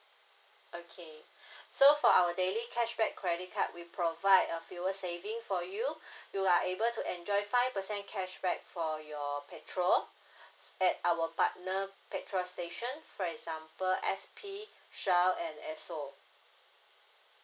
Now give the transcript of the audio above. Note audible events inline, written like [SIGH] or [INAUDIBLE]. okay [BREATH] so for our daily cashback credit card we provide a fuel saving for you [BREATH] you are able to enjoy five percent cashback for your petrol [BREATH] at our partner petrol station for example S_P shell and esso